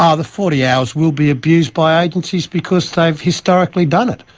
um the forty hours will be abused by agencies because they've historically done it.